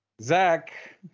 Zach